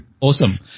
awesome